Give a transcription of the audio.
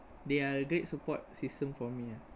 they are a great support system for me ah